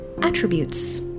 Attributes